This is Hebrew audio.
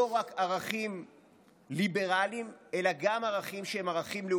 לא רק ערכים ליברליים, אלא גם עם ערכים לאומיים.